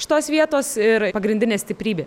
šitos vietos ir pagrindinė stiprybė